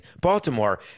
Baltimore